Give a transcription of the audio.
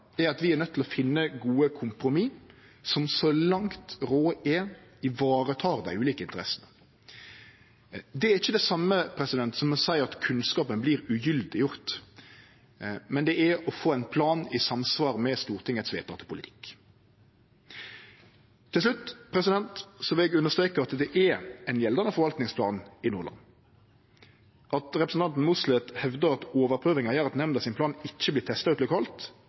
at vi er nøydde til å finne gode kompromiss som, så langt råd er, varetek dei ulike interessene. Det er ikkje det same som å seie at kunnskapen vert ugyldiggjord, men det er å få ein plan i samsvar med Stortingets vedtekne politikk. Til slutt vil eg understreke at det er ein gjeldande forvaltningsplan i Nordland. At representanten Mossleth hevdar at overprøvinga gjer at planen til nemnda ikkje vert testa ut lokalt, er difor ein påstand som ikkje gjev noka meining. Planen er testa ut lokalt